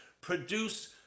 produce